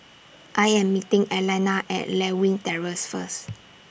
I Am meeting Alannah At Lewin Terrace First